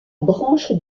branche